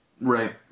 Right